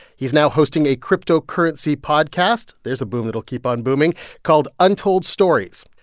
he's now hosting a cryptocurrency podcast there's a boom that'll keep on booming called untold stories.